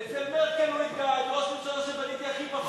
אצל מרקל הוא התגאה: אני ראש הממשלה שבנה הכי פחות.